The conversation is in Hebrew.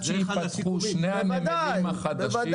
שייפתחו שני הנמלים החדשים -- הוא צודק.